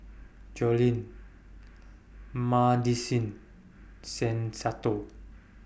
Jolene Madisyn Shen Santo